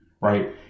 Right